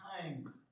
time